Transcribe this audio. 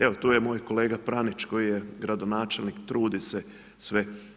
Evo, tu je moj kolega Pranić koji je gradonačelnik, trudi se, sve.